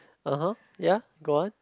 (uh huh) ya go on